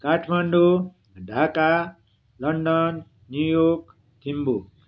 Kathmandu Dhaka London New York Thimphu